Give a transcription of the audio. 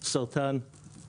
סרטן,